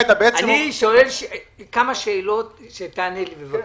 אני שואל כמה שאלות ותענה לי עליהן בבקשה.